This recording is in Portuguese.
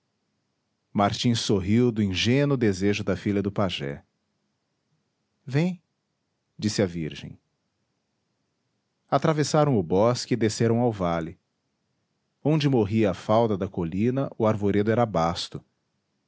martim sorriu do ingênuo desejo da filha do pajé vem disse a virgem atravessaram o bosque e desceram ao vale onde morria a falda da colina o arvoredo era basto